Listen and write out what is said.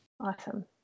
Awesome